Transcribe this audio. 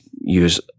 use